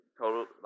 total